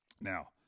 Now